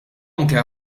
anke